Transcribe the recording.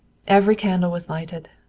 every candle was lighted.